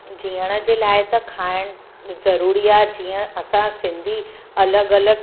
जीअण जे लाइ त खाइणु ज़रुरी आहे जीअं असां सिंधी अलॻि अलॻि